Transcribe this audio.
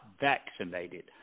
vaccinated